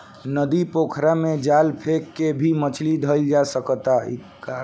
नदी, पोखरा में जाल फेक के भी मछली धइल जा सकता